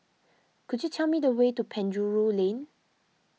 could you tell me the way to Penjuru Lane